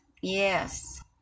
Yes